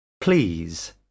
please